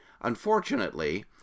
unfortunately